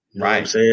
Right